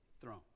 throne